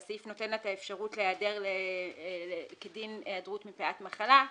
והסעיף נותן לה את האפשרות להיעדר כדין היעדרות מפאת מחלה.